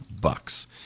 bucks